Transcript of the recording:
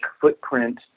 footprint